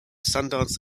sundance